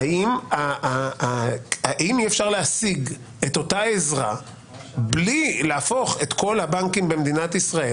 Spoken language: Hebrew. האם אי-אפשר להשיג את אותה עזרה בלי להפוך את כל הבנקים במדינת ישראל